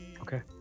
Okay